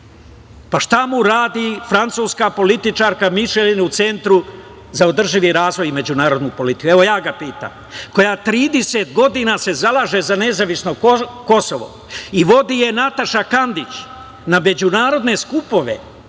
Pa, šta mu radi francuska političarka Mišlen u Centru za održivi razvoj i međunarodnu politiku, evo ja ga pitam, koja se 30 godina zalaže za nezavisno Kosovo i vodi je Nataša Kandić na međunarodne skupove,